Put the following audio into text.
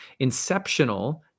Inceptional